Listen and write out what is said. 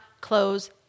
close